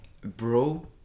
Bro